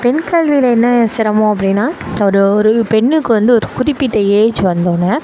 பெண் கல்வியில என்ன சிரமம் அப்படினா ஒரு ஒரு பெண்ணுக்கு வந்து ஒரு குறிப்பிட்ட ஏஜ் வந்தோன